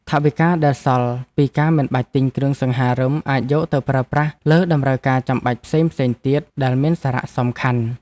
ថវិកាដែលសល់ពីការមិនបាច់ទិញគ្រឿងសង្ហារិមអាចយកទៅប្រើប្រាស់លើតម្រូវការចាំបាច់ផ្សេងៗទៀតដែលមានសារៈសំខាន់។